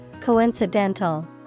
Coincidental